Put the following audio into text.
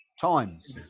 times